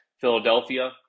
Philadelphia